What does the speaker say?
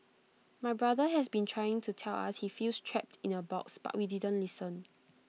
my brother has been trying to tell us he feels trapped in A box but we didn't listen